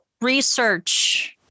research